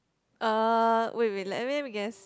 uh wait wait let me let me guess